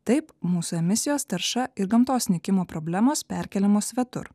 taip mūsų emisijos tarša ir gamtos nykimo problemos perkeliamos svetur